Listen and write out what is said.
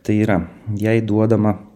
tai yra jei duodama